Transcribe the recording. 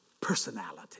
Personality